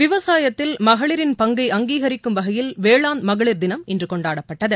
விவசாயத்தில் மகளிரின் பங்கை அங்கீகிக்கும் வகையில் வேளாண் மகளிர் தினம் இன்று கொண்டாடப்பட்டது